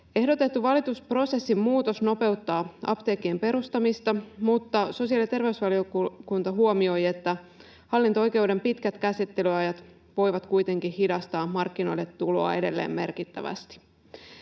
Ehdotettu valitusprosessin muutos nopeuttaa apteekkien perustamista, mutta sosiaali- ja terveysvaliokunta huomioi, että hallinto-oikeuden pitkät käsittelyajat voivat kuitenkin hidastaa markkinoille tuloa edelleen merkittävästi.